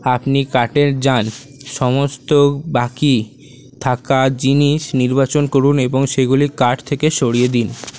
আপনি কার্টে যান সমস্ত বাকি থাকা জিনিস নির্বাচন করুন এবং সেগুলি কার্ট থেকে সরিয়ে দিন